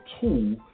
tool